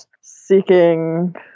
seeking